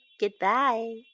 goodbye